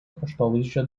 kraštovaizdžio